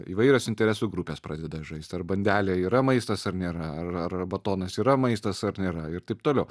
įvairios interesų grupės pradeda žaisti ar bandelė yra maistas ar nėra ar batonas yra maistas ar nėra ir taip toliau